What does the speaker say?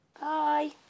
Bye